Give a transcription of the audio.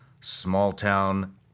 small-town